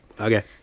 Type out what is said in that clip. Okay